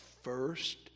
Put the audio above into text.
first